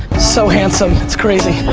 so handsome, it's crazy.